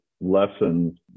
lessons